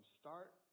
start